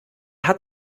hat